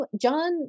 john